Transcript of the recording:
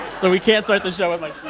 so we can't start the show with my.